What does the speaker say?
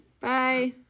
Bye